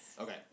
Okay